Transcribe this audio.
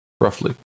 Roughly